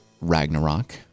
Ragnarok